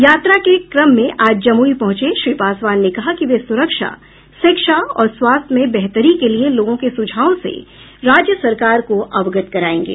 यात्रा के क्रम में आज जमुई पहुंचे श्री पासवान ने कहा कि वे सुरक्षा शिक्षा और स्वास्थ्य में बेहतरी के लिए लोगों के सुझावों से राज्य सरकार को अवगत कराएंगे